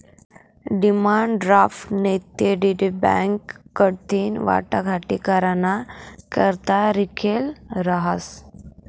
demand draft नैते DD bank कडथीन वाटाघाटी कराना करता लिखेल रहास